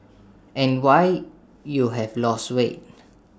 and why you have lost weight